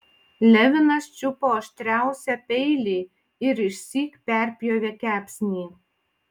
levinas čiupo aštriausią peilį ir išsyk perpjovė kepsnį